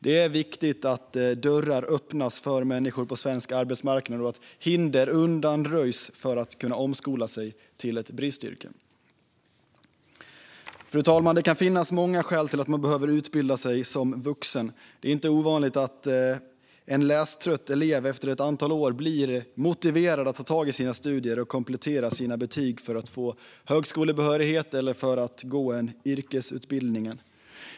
Det är viktigt att dörrar öppnas för människor på svensk arbetsmarknad och att hinder undanröjs så att de kan omskola sig till ett bristyrke. Fru talman! Det kan finnas många skäl till att man behöver utbilda sig som vuxen. Det är inte ovanligt att en lästrött elev efter ett antal år blir motiverad att ta tag i sina studier och att komplettera sina betyg för att få högskolebehörighet eller för att gå en yrkesutbildning.